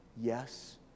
yes